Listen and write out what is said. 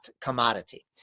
commodity